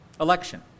Election